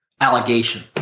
allegation